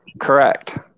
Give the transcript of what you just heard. correct